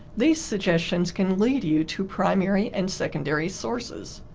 these suggestions can lead you to primary and secondary sources.